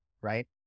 right